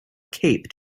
cape